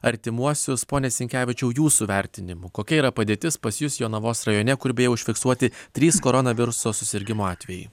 artimuosius pone sinkevičiau jūsų vertinimu kokia yra padėtis pas jus jonavos rajone kur beje užfiksuoti trys koronaviruso susirgimo atvejai